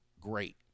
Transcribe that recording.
great